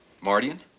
Mardian